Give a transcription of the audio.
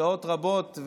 שעות רבות,